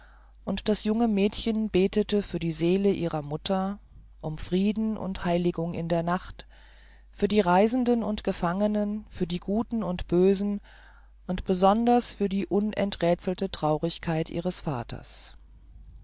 und das junge mädchen betete für die seele ihrer mutter um frieden und heiligung in der nacht für die reisenden und gefangenen für die guten und bösen und besonders für die unenträthselte traurigkeit ihres vaters